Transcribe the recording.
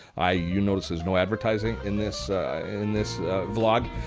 ah you'll notice there's no advertising in this in this v-log.